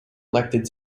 elected